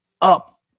up